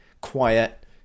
Quiet